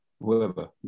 whoever